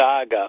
saga